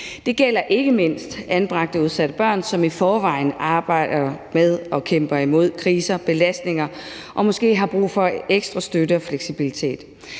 Det gælder ikke mindst anbragte og udsatte børn, som i forvejen arbejder mod og kæmper med kriser og belastninger og måske har brug for ekstra støtte og fleksibilitet.